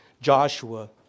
Joshua